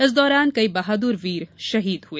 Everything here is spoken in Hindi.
इस दौरान कई बहादुर वीर शहीद हुए